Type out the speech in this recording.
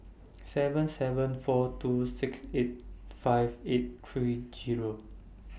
seven seven four two six eight five eight three Zero